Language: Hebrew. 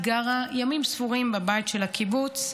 היא גרה ימים ספורים בבית בקיבוץ.